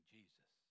Jesus